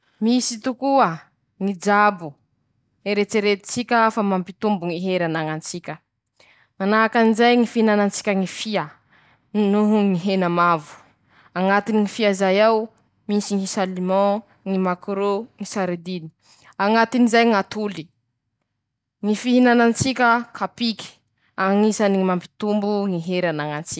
Ñy fiatraikany ñy fomba fiketreha hany samy karazany aminy ñy otrikay azo bakaminy ñy sakafo sakafoanin-tsika ñy fiakarany ñy kalôry, miakatsy ñy kalôritsika satria maro mare ñy karazan-draha hany ;manahaky anizay, miovaova ñy otrikay añaitsika añy, eo avao koa ñy fihenany ñy otrikay hafa añatitsika añy.